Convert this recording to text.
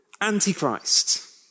Antichrist